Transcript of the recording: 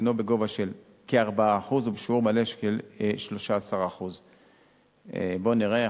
בגובה של כ-4% ובשיעור מלא של 13%. בוא נראה,